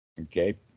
okay